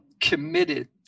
committed